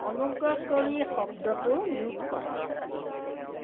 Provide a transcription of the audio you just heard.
অনুগ্ৰহ কৰি শব্দটো মিউট কৰা